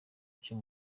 cyo